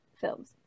films